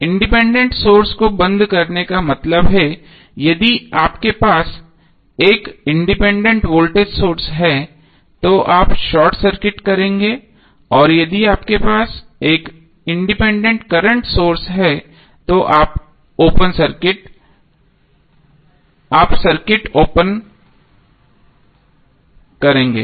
independent source को बंद करने का मतलब है यदि आपके पास एक इंडिपेंडेंट वोल्टेज सोर्स है तो आप शॉर्ट सर्किट करेंगे और यदि आपके पास एक इंडिपेंडेंट करंट सोर्स है तो आप सर्किट को खोलेंगे